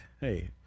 Hey